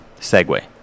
Segway